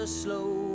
slow